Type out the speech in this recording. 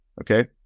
Okay